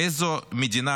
באיזו מדינה,